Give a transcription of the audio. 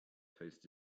tastes